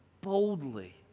boldly